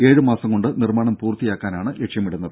ഏഴ് മാസംകൊണ്ട് നിർമാണം പൂർത്തിയാക്കാനാണ് ലക്ഷ്യമിടുന്നത്